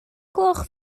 gloch